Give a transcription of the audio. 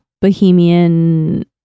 bohemian